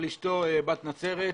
אבל אשתו בת נצרת.